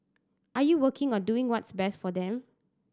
are you working or doing what's best for them